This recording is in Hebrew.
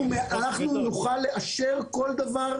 אנחנו נוכל לאשר כל דבר,